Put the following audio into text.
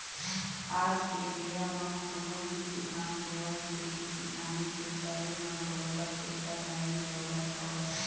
आज के बेरा म कोनो भी किसान होवय खेती किसानी के करे म बरोबर टेक्टर ल ही बउरत हवय